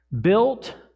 Built